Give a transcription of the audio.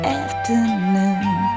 afternoon